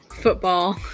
Football